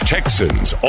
Texans